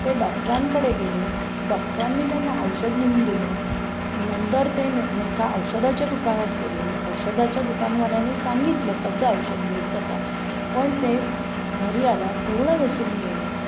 ते डॉक्टरांकडे गेले डॉक्टरांनी त्यांना औषध लिहून दिलं नंतर ते मे एका औषधाच्या दुकानात गेले औषधाच्या दुकानवाल्याने सांगितलं कसं औषध घ्यायचं काय पण ते घरी आल्यावर पूर्ण विसरून गेले